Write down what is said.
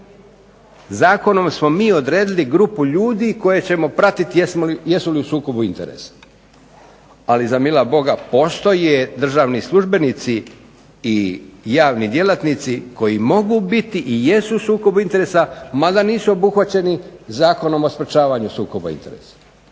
Zakonom smo mi odredili grupu ljudi koje ćemo pratiti jesu li u sukobu interesa, ali za mila Boga postoje državni službenici i javni djelatnici koji mogu biti i jesu u sukobu interesa, mada nisu obuhvaćeni Zakonom o sprječavanju sukoba interesa.